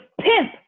Pimp